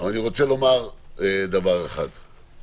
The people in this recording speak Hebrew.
אני רוצה לומר דבר אחד,